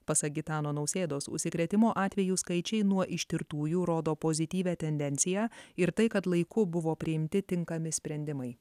pasak gitano nausėdos užsikrėtimo atvejų skaičiai nuo ištirtųjų rodo pozityvią tendenciją ir tai kad laiku buvo priimti tinkami sprendimai